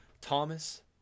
Thomas –